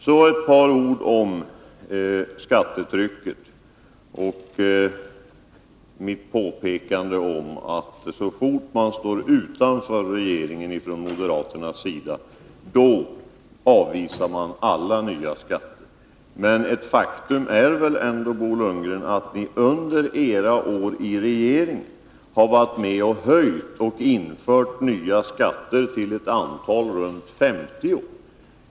Så ett par ord om skattetrycket och mitt påpekande att moderaterna så fort de står utanför regeringen avvisar alla nya skatter. Men ett faktum är väl ändå, Bo Lundgren, att ni under era år i regeringen varit med om att höja skatter och att införa nya skatter till ett antal av runt 50.